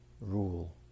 rule